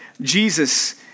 Jesus